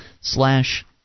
slash